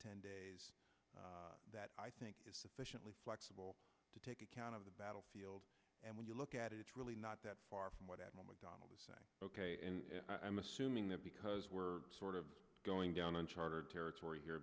ten days that i think is sufficiently flexible to take account of the battlefield and when you look at it it's really not that far from what at mcdonald's ok and i'm assuming that because we're sort of going down unchartered territory here